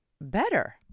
better